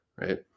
right